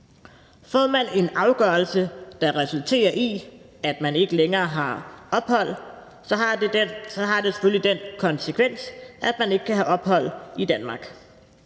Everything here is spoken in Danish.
Får man en afgørelse, der resulterer i, at man ikke længere har ophold, så har det selvfølgelig den konsekvens, at man ikke kan have ophold i Danmark.